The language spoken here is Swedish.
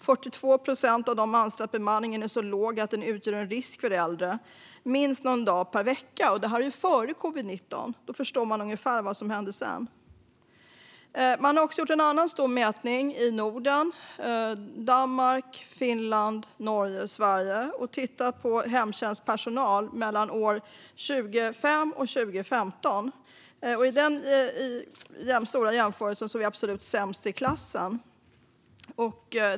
42 procent av dem anser att bemanningen är så låg att den utgör en risk för äldre minst någon dag per vecka. Detta var före covid-19. Då förstår man ungefär vad som hände sedan. Man har också gjort en annan stor mätning i Norden - Danmark, Finland, Norge och Sverige - och tittat på hemtjänstpersonal mellan år 2005 och 2015. I den stora jämförelsen är vi absolut sämst i klassen.